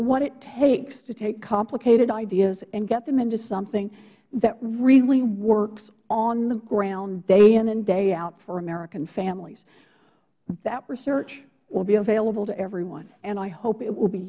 what it takes to take complicated ideas and get them into something that really works on the ground day in and day out for american families that research will be available to everyone and i hope it will be